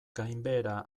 gainbehera